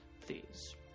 Please